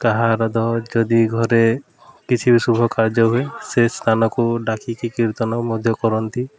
କାହାର ଯଦି ଘରେ କିଛି ବି ଶୁଭ କାର୍ଯ୍ୟ ହୁଏ ସେ ସ୍ଥାନକୁ ଡାକିକି କୀର୍ତ୍ତନ ମଧ୍ୟ କରନ୍ତି